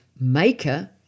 maker